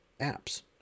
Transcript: apps